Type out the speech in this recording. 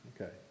Okay